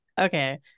Okay